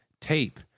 tape